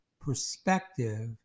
perspective